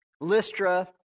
Lystra